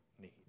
need